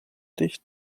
dicht